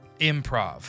improv